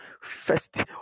first